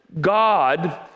God